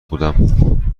بودم